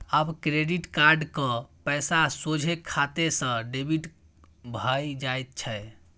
आब credit card क पैसा सोझे खाते सँ डेबिट भए जाइत छै